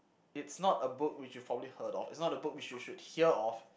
it's not a book which you probably heard of it's not a book which you should hear of